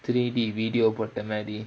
three D video போட்ட மாரி:potta maari